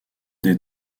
des